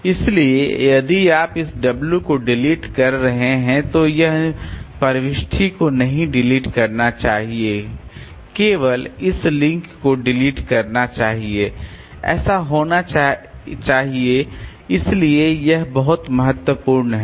इसलिए यदि आप इस w को डिलीट कर रहे हैं तो इस प्रविष्टि को नहीं डिलीट करना चाहिए केवल इस लिंक को डिलीट करना चाहिए ऐसा होना चाहिए इसलिए यह बहुत महत्वपूर्ण है